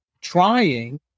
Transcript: trying